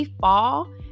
fall